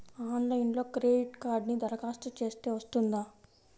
ఆన్లైన్లో క్రెడిట్ కార్డ్కి దరఖాస్తు చేస్తే వస్తుందా?